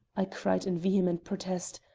i cried in vehement protest,